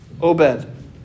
obed